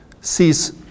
sees